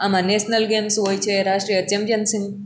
આમાં national games હોય છે રાષ્ટ્રિય ચેમ્પિયન